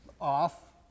off